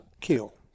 kill